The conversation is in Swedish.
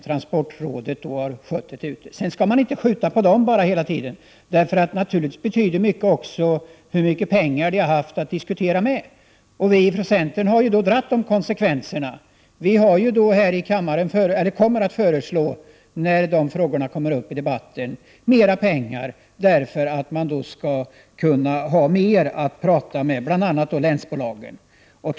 Sedan vill jag säga att man inte bara skall skjuta på transportrådet. Naturligtvis har det också stor betydelse hur mycket pengar transportrådet haft till sitt förfogande. Vii centern har dragit konsekvenserna av det. När de frågorna kommer upp i debatten kommer vi att föreslå mer pengar, för att man skall kunna ha mer att prata med bl.a. länsbolagen om.